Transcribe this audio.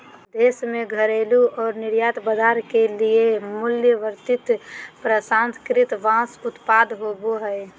देश में घरेलू और निर्यात बाजार के लिए मूल्यवर्धित प्रसंस्कृत बांस उत्पाद होबो हइ